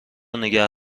نگه